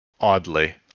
Oddly